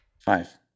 Five